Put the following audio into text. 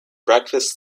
breakfast